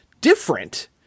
different